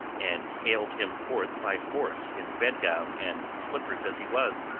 and haled him forth by force in bedgown and slippers as he was.